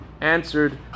answered